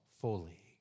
fully